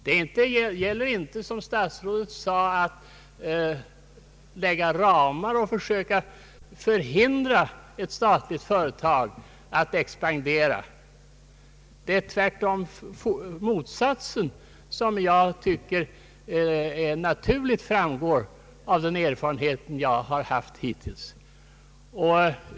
Det gäller inte som statsrådet sade att fastställa ramar och försöka förhindra ett statligt företag att expandera. Jag tycker tvärt om att motsatsen naturligt framgår av den erfarenhet som jag hittills har fått.